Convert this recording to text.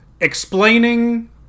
explaining